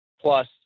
plus